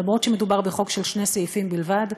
אף שמדובר בחוק של שני סעיפים בלבד,